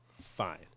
Fine